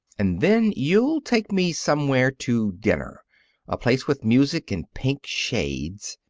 and then you'll take me somewhere to dinner a place with music and pink shades.